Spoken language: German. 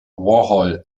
warhol